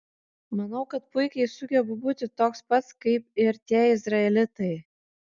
manau kad puikiai sugebu būti toks pats kaip ir tie izraelitai